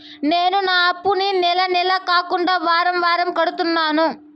నేను నా అప్పుని నెల నెల కాకుండా వారం వారం కడుతున్నాను